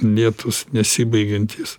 lietūs nesibaigiantys